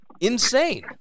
insane